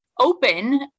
open